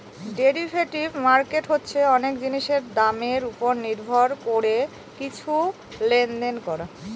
derivative market হচ্ছে অনেক জিনিসের দামের ওপর নির্ভর করে কিছু লেনদেন করা